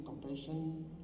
Compassion